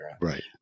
Right